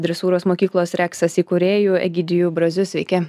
dresūros mokyklos reksas įkūrėju egidiju braziu sveiki